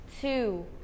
two